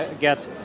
get